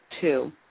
two